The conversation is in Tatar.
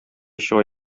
чыга